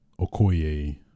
Okoye